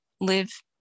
live